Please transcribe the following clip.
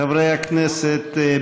חברי הכנסת,